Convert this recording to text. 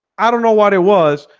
i don't know what it was.